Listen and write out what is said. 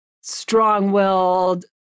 strong-willed